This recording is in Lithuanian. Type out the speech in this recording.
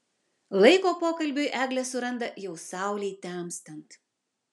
laiko pokalbiui eglė suranda jau saulei temstant